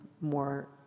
more